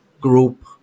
group